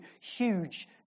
huge